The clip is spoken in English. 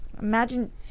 imagine